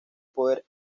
poder